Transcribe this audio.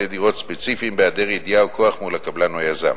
דירות ספציפיים בהיעדר ידיעה או כוח מול הקבלן או היזם.